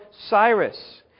Cyrus